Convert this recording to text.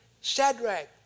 Shadrach